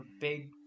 big